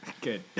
good